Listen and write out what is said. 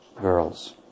Girls